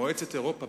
מועצת אירופה,